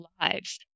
lives